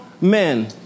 men